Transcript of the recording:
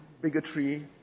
bigotry